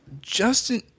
Justin